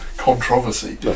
controversy